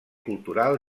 cultural